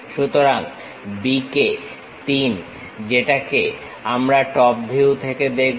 সুতরাং B কে 3 যেটাকে আমরা টপ ভিউ থেকে দেখব